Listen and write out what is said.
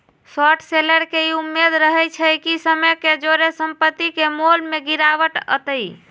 short seller के इ उम्मेद रहइ छइ कि समय के जौरे संपत्ति के मोल में गिरावट अतइ